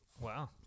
Wow